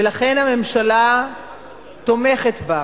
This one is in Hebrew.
ולכן הממשלה תומכת בה.